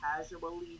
casually